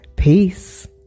Peace